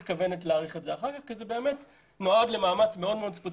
מתכוונת להאריך את זה אחר כך כי זה נועד למאמץ מאוד ספציפי,